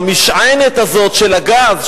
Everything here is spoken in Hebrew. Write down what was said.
המשענת הזאת של הגז,